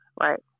Right